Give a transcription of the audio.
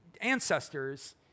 ancestors